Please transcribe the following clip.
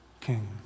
king